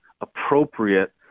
appropriate